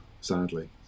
Sadly